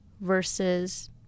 versus